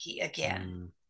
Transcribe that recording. again